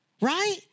Right